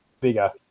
bigger